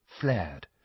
flared